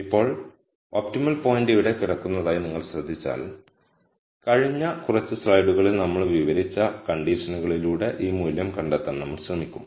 ഇപ്പോൾ optimal point ഇവിടെ കിടക്കുന്നതായി നിങ്ങൾ ശ്രദ്ധിച്ചാൽ കഴിഞ്ഞ കുറച്ച് സ്ലൈഡുകളിൽ നമ്മൾ വിവരിച്ച കണ്ടീഷൻകളിലൂടെ ഈ മൂല്യം കണ്ടെത്താൻ നമ്മൾ ശ്രമിക്കും